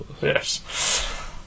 Yes